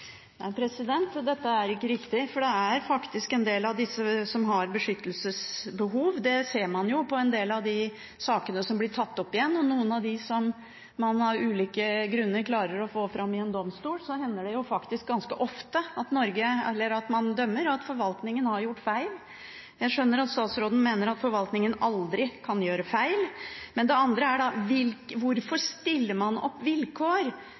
Dette er ikke riktig, for det er faktisk en del av disse som har beskyttelsesbehov. Det ser man i en del av de sakene som blir tatt opp igjen, og i noen av dem som man av ulike grunner klarer å få fram for en domstol, hender det faktisk ganske ofte at forvaltningen har gjort feil. Jeg skjønner at statsråden mener at forvaltningen aldri kan gjøre feil, men det andre er da: Hvorfor stiller man opp vilkår